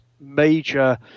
major